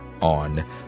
on